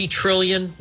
trillion